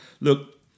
look